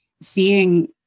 seeing